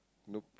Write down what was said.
nope